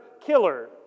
killer